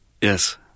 yes